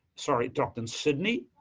sorry, docked and sydney.